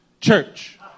church